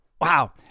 Wow